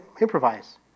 improvise